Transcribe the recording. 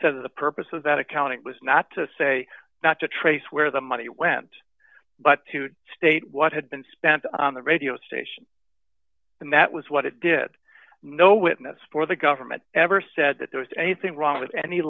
said the purpose of that accounting was not to say not to trace where the money went but to state what had been spent on the radio station and that was what it did no witness for the government ever said that there was anything wrong with any